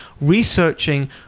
researching